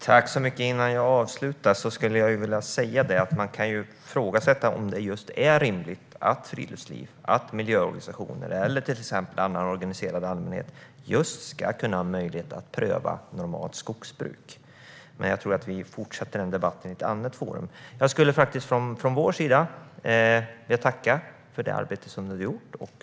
Fru talman! Innan jag avslutar skulle jag vilja säga att man kan ifrågasätta om det är rimligt att friluftsliv, miljöorganisationer eller annan organiserad allmänhet ska ha möjlighet att pröva normalt skogsbruk. Men jag tror att vi får fortsätta med den debatten i ett annat forum. Jag skulle från vår sida vilja tacka för det arbete som du har gjort.